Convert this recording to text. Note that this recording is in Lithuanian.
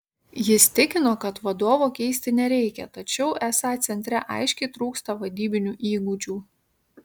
jis tikino kad vadovo keisti nereikia tačiau esą centre aiškiai trūksta vadybinių įgūdžių